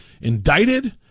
indicted